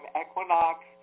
equinox